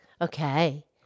Okay